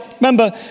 remember